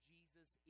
Jesus